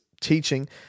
teaching